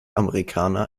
amerikaner